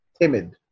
timid